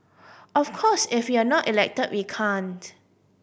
of course if we're not elected we can't